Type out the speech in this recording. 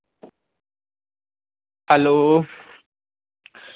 hello